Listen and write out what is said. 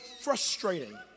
frustrating